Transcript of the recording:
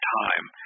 time